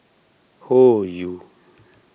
Hoyu